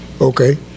Okay